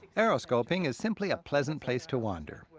aeroskobing is simply a pleasant place to wander,